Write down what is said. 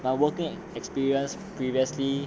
my working experience previously